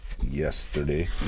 yesterday